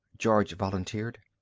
george volunteered.